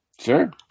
Sure